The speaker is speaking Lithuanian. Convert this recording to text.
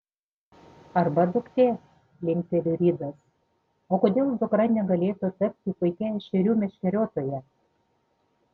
arba duktė linkteli ridas o kodėl dukra negalėtų tapti puikia ešerių meškeriotoja